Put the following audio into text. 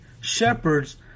shepherds